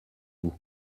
vous